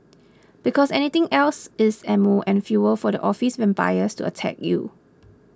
because anything else is ammo and fuel for the office vampires to attack you